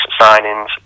signings